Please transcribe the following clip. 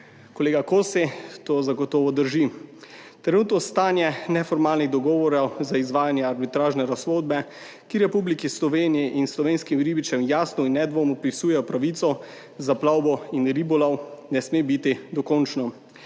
Kolega Kosi, to zagotovo drži. Trenutno stanje neformalnih dogovorov za izvajanje arbitražne razsodbe, ki Republiki Sloveniji in slovenskim ribičem jasno in nedvoumno pripisujejo pravico za plovbo in ribolov, ne sme biti dokončno.